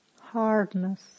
hardness